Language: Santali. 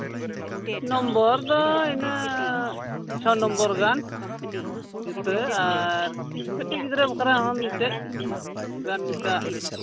ᱱᱚᱢᱵᱚᱨ ᱫᱚ ᱤᱱᱟᱹ ᱪᱷᱚᱭ ᱱᱚᱢᱵᱚᱨ ᱜᱟᱱ ᱡᱩᱛᱟᱹ ᱟᱨ ᱠᱟᱹᱴᱤᱡ ᱜᱤᱫᱽᱨᱟᱹ ᱵᱟᱠᱷᱨᱟ ᱦᱚᱸ ᱢᱤᱫᱴᱮᱱ ᱜᱟᱱ ᱤᱱᱠᱟ